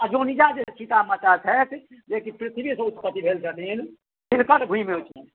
अयोनिजा जे सीता माता छथि जे कि पृथ्वीसँ उत्पत्ति भेल छथिन तिनकर भूमि ओ छियनि